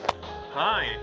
Hi